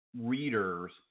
readers